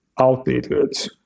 outdated